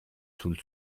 sul